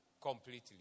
completely